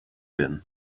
din